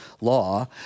law